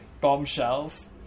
bombshells